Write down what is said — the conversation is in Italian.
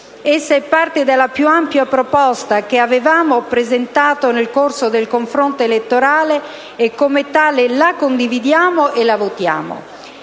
Essa è parte della più ampia proposta che avevamo presentato nel corso del confronto elettorale, e come tale la condividiamo e la votiamo.